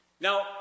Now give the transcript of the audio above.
Now